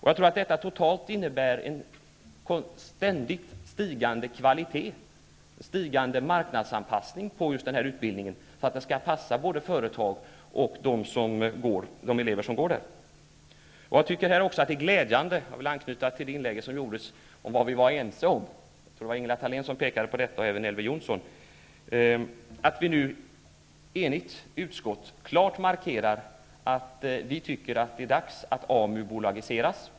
Jag tror att detta totalt innebär en ständigt stigande kvalitet, att det sker en stigande marknadsanpassning av just den här utbildningen för att den skall passa både företag och de elever som går där. Jag vill också anknyta till vad tidigare talare -- jag tror det var Ingela Thalén och även Elver Jonsson -- har sagt om vad vi var ense om. Det är glädjande att ett enigt utskott nu klart markerar att vi tycker att det är dags att AMU bolagiseras.